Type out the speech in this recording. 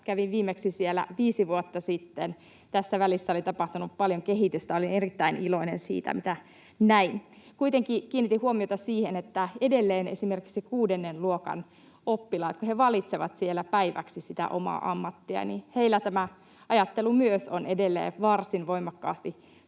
Kävin viimeksi siellä viisi vuotta sitten. Tässä välissä oli tapahtunut paljon kehitystä — olin erittäin iloinen siitä, mitä näin. Kuitenkin kiinnitin huomiota siihen, että edelleen esimerkiksi myös kuudennen luokan oppilailla, kun he valitsevat siellä päiväksi sitä omaa ammattia, ajattelu on edelleen varsin voimakkaasti